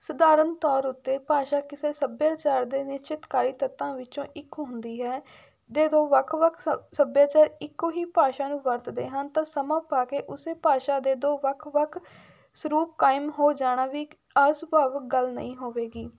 ਸਧਾਰਨ ਤੌਰ ਉੱਤੇ ਭਾਸ਼ਾ ਕਿਸੇ ਸੱਭਿਆਚਾਰ ਦੇ ਨਿਸ਼ਚਿਤਕਾਰੀ ਤੱਤਾਂ ਵਿੱਚੋਂ ਇੱਕ ਹੁੰਦੀ ਹੈ ਦੇ ਦੋ ਵੱਖ ਵੱਖ ਸੱ ਸੱਭਿਆਚਾਰ ਇਕੋ ਹੀ ਭਾਸ਼ਾ ਨੂੰ ਵਰਤਦੇ ਹਨ ਤਾਂ ਸਮਾਂ ਪਾ ਕੇ ਉਸੇ ਭਾਸ਼ਾ ਦੇ ਦੋ ਵੱਖ ਵੱਖ ਸਰੂਪ ਕਾਇਮ ਹੋ ਜਾਣਾ ਵੀ ਇੱਕ ਅਸੁਭਾਵਿਕ ਗੱਲ ਨਹੀਂ ਹੋਵੇਗੀ